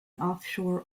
offshore